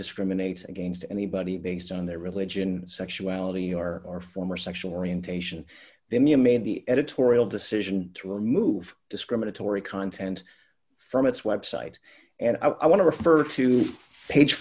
discriminate against anybody based on their religion sexuality or or form or sexual orientation they made the editorial decision to remove discriminatory content from its website and i want to refer to page